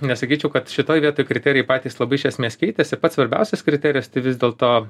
nesakyčiau kad šitoj vietoj kriterijai patys labai iš esmės keitėsi pats svarbiausias kriterijus tai vis dėlto